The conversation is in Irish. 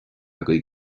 agaibh